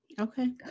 Okay